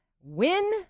win